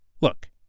Look